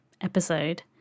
episode